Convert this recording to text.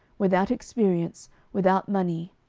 without experience, without money,